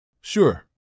Sure